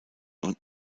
und